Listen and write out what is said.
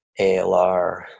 ALR